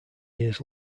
years